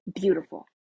beautiful